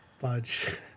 budge